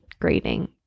grading